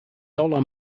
dollar